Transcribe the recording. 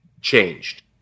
changed